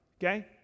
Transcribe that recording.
Okay